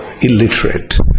illiterate